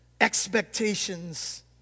Expectations